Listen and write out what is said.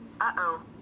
Uh-oh